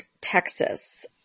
Texas